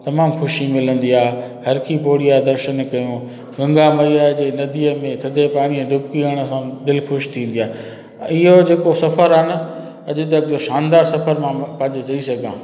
तमाम ख़ुशी मिलंदी आहे हर की पौड़ी जा दर्शनु कयूं गंगा मैया जे नदीअ में थधे पाणीअ में डुबकी हरण सां दिलि ख़ुशि थींदी आहे इयो जेको सफ़रु आहे न अॼु तक जो शानदार सफ़रु मां पंहिंजो चई सघां